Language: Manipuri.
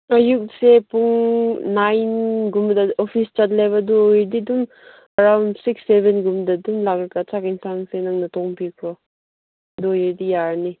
ꯑꯌꯨꯛꯁꯦ ꯄꯨꯡ ꯅꯥꯏꯟꯒꯨꯝꯕꯗ ꯑꯣꯐꯤꯁ ꯆꯠꯂꯦꯕ ꯑꯗꯨ ꯑꯣꯏꯔꯗꯤ ꯑꯗꯨꯝ ꯑꯦꯔꯥꯎꯟ ꯁꯤꯛꯁ ꯁꯦꯕꯦꯟꯗ ꯑꯗꯨꯝ ꯂꯥꯛꯂꯒ ꯆꯥꯛ ꯑꯦꯟꯁꯥꯡꯁꯤ ꯅꯪꯅ ꯊꯣꯡꯕꯤꯈ꯭ꯔꯣ ꯑꯗꯨ ꯑꯣꯏꯔꯗꯤ ꯌꯥꯔꯅꯤ